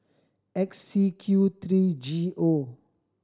X C Q three G O